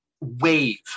wave